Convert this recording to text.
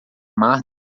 mar